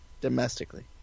Domestically